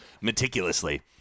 Meticulously